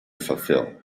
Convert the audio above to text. fulfill